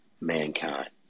mankind